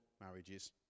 marriages